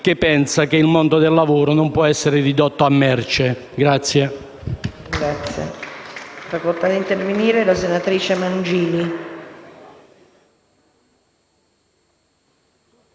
che pensa che il mondo del lavoro non possa essere ridotto a merce.